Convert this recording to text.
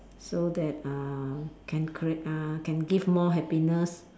so that uh can create uh can give more happiness